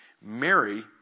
Mary